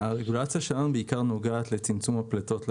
הרגולציה שלנו נוגעת לצמצום הפליטות לאוויר.